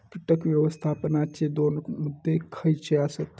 कीटक व्यवस्थापनाचे दोन मुद्दे खयचे आसत?